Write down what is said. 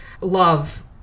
love